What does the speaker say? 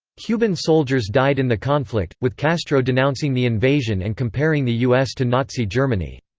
cuban soldiers died in the conflict, with castro denouncing the invasion and comparing the u s. to nazi germany.